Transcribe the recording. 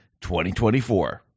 2024